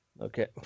Okay